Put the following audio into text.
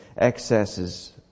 excesses